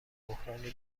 بحرانی